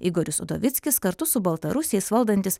igoris udovickis kartu su baltarusiais valdantis